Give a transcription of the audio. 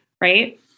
right